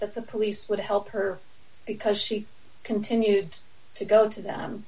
the police would help her because she continued to go to them